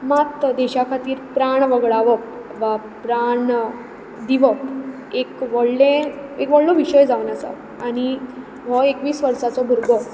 मात देशा खातीर प्राण वगडावप वा प्राण दिवप एक व्हडलें एक व्हडलो विशय जावन आसा आनी हो एकवीस वर्सांचो भुरगो